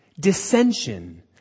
dissension